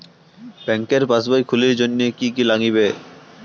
ব্যাঙ্কের পাসবই খুলির জন্যে কি কি নাগিবে?